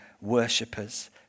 worshippers